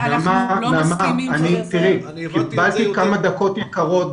איבדתי כמה דקות יקרות,